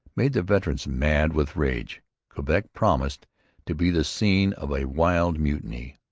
made the veterans mad with rage quebec promised to be the scene of a wild mutiny.